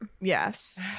yes